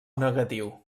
negatiu